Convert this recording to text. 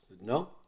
No